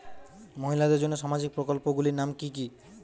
মহিলাদের জন্য সামাজিক প্রকল্প গুলির নাম কি কি?